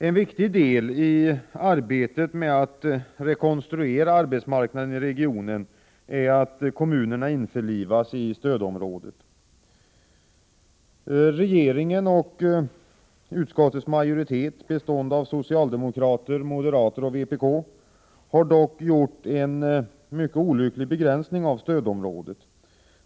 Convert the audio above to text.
En viktig del i arbetet med att rekonstruera arbetsmarknaden i regionen är att kommunerna införlivas i stödområdet. Regeringen och utskottsmajoriteten, bestående av socialdemokrater, moderater och vpk, har dock gjort en mycket olycklig begränsning av stödområdet.